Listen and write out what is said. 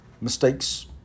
Mistakes